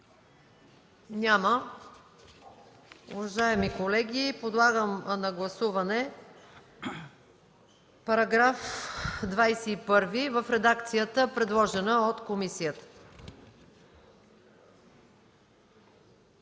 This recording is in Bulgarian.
Няма. Уважаеми колеги, подлагам на гласуване § 21 в редакцията, предложена от комисията.